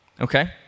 okay